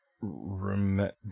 remember